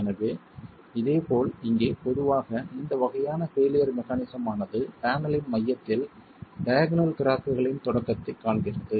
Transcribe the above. எனவே இதேபோல் இங்கே பொதுவாக இந்த வகையான பெய்லியர் மெக்கானிஸம் ஆனது பேனலின் மையத்தில் டயாக்னல் கிராக்குகளின் தொடக்கத்தைக் காண்கிறது